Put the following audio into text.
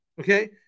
okay